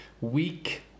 Week